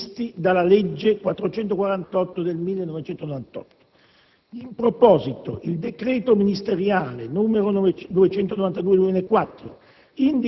previsti dalla legge n. 448 del 1998. In proposito, il decreto ministeriale n. 292 del 2004